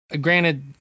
granted